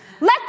Let